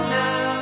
now